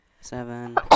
Seven